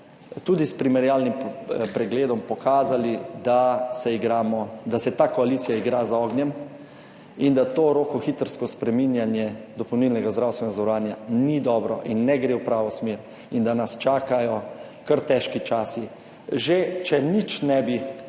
tudi s primerjalnim pregledom pokazali, da se igramo, da se ta koalicija igra z ognjem, in da to rokohitrsko spreminjanje dopolnilnega zdravstvenega zavarovanja ni dobro in ne gre v pravo smer, in da nas čakajo kar težki časi že, če nič ne bi